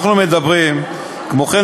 כמו כן,